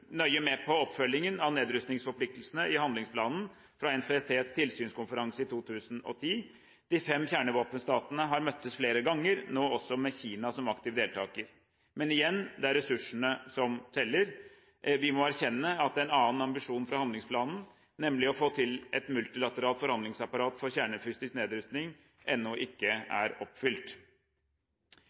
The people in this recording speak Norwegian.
nøye med på oppfølgingen av nedrustningsforpliktelsene i handlingsplanen fra NPTs tilsynskonferanse i 2010. De fem kjernevåpenstatene har møttes flere ganger, nå også med Kina som aktiv deltaker. Men igjen, det er resultatene som teller. Vi må erkjenne at en annen ambisjon fra handlingsplanen, nemlig å få til et multilateralt forhandlingsapparat for kjernefysisk nedrustning, ennå ikke er oppfylt.